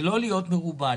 זה לא להיות מרובע,